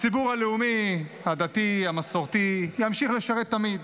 הציבור הלאומי, הדתי, המסורתי, ימשיך לשרת תמיד,